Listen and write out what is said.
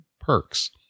perks